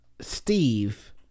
Steve